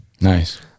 Nice